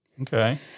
Okay